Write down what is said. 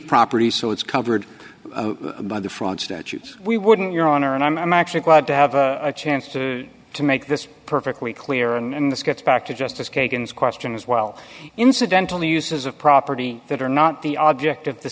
property so it's covered by the front statute we wouldn't your honor and i'm actually glad to have a chance to to make this perfectly clear and this gets back to justice kagan's question as well incidentally uses of property that are not the object of the